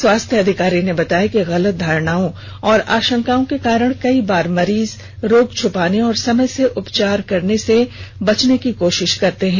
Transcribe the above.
स्वास्थ्य अधिकारी ने बताया कि गलत धारणाओं और आशंकाओं के कारण कई बार मरीज रोग छिपाने और समय से उपचार कराने से बचने की कोशिश करते हैं